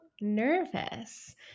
nervous